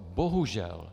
Bohužel.